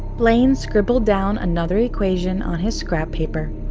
blaine scribbled down another equation on his scrap paper,